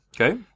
Okay